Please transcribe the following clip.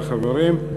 חברים,